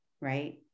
right